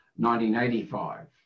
1985